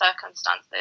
circumstances